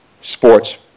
sports